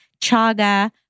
chaga